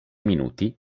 minuti